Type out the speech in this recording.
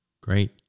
great